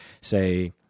say